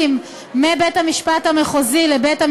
את האנטי-ציונות שלכם לבד.